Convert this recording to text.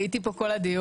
אהלן, הייתי פה כל הדיון.